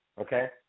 Okay